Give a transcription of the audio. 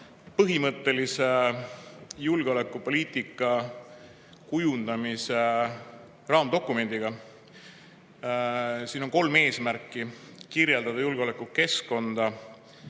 põhimõttelise julgeolekupoliitika kujundamise raamdokumendiga. Siin on kolm eesmärki: kirjeldada julgeolekukeskkonda